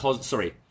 sorry